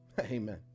amen